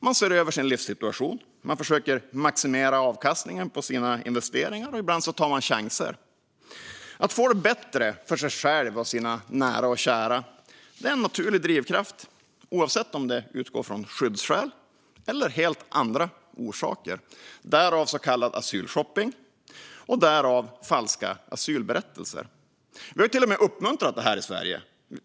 Man ser över sin livssituation, man försöker maximera avkastningen på sina investeringar och ibland tar man chanser. Att få det bättre för sig själv och sina nära och kära är en naturlig drivkraft, oavsett om det är av skyddsskäl eller helt andra orsaker - därav så kallad asylshopping och falska asylberättelser. Vi har till och med uppmuntrat detta i Sverige.